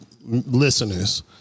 listeners